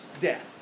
death